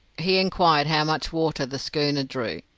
he inquired how much water the schooner drew,